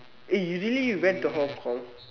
eh you really went to Hong-Kong